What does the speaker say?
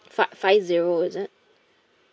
f~ five zero is it